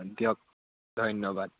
দিয়ক ধন্যবাদ